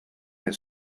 his